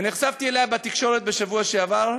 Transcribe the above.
ונחשפתי אליה בתקשורת בשבוע שעבר,